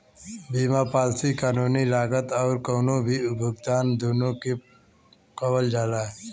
बीमा पॉलिसी कानूनी लागत आउर कउनो भी भुगतान दूनो के कवर करेला